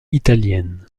italienne